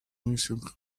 messing